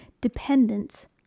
dependence